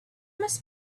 must